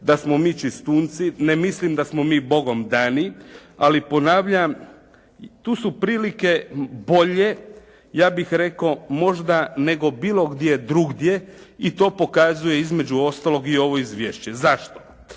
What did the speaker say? da smo mi čistunci, ne mislim da smo mi Bogom dani ali ponavljam tu su prilike bolje, ja bih rekao možda nego bilo gdje drugdje i to pokazuje između ostalog i ovo izvješće. Zašto